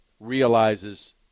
realizes